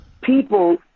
people